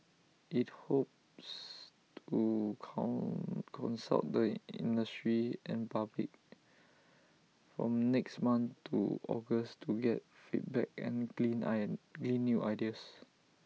IT hopes to consult the industry and public from next month to August to get feedback and glean iron glean new ideas